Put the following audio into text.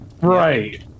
Right